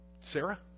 Sarah